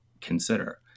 consider